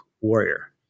warrior